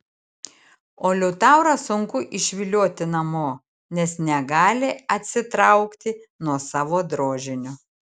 o liutaurą sunku išvilioti namo nes negali atsitraukti nuo savo drožinio